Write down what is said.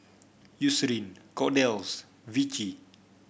Eucerin Kordel's Vichy